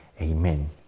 Amen